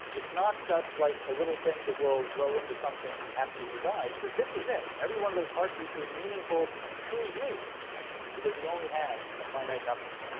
it's not just like a little thing that will grow into something after we die because this is it every one of those heartbeats is meaningful to you because you only have a finite number